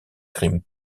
crime